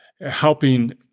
helping